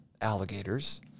alligators